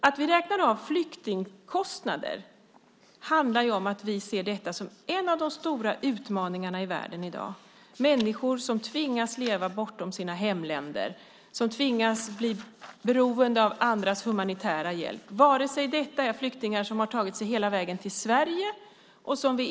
Att vi räknar av flyktingkostnader handlar ju om att vi ser detta som en av de stora utmaningarna i världen i dag. Människor tvingas leva bortom sina hemländer. De tvingas bli beroende av andras humanitära hjälp även om de har tagit sig hela vägen till Sverige.